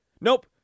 Nope